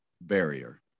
barrier